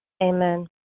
Amen